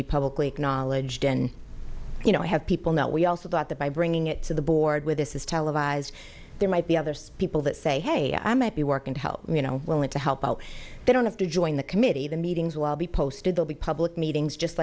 be publicly acknowledged and you know have people not we also thought that by bringing it to the board with this is televised there might be others people that say hey i might be working to help you know willing to help out they don't have to join the committee the meetings will be posted they'll be public meetings just